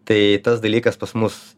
tai tas dalykas pas mus